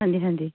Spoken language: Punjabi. ਹਾਂਜੀ ਹਾਂਜੀ